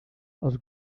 els